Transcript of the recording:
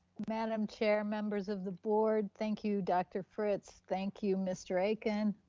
madam chair, members of the board. thank you, dr. fritz, thank you, mr. aiken.